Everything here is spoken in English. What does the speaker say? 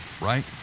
right